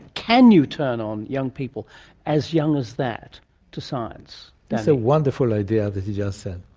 can you turn on young people as young as that to science? it's a wonderful idea that you just said.